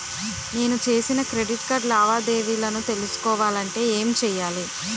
నేను చేసిన credit card లావాదేవీలను తెలుసుకోవాలంటే ఏం చేయాలి?